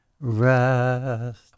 rest